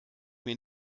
mir